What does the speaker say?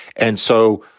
and so,